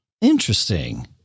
Interesting